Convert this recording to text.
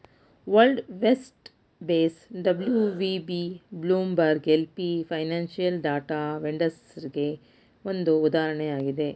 world vest base WVB, Bloomberg LP financial data ವೆಂಡರ್ಸ್ಗೆಗೆ ಒಂದು ಉದಾಹರಣೆಯಾಗಿದೆ